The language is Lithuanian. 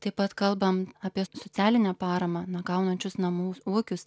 taip pat kalbam apie socialinę paramą na gaunančius namų ūkius